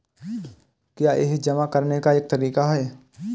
क्या यह जमा करने का एक तरीका है?